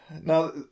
Now